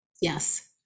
Yes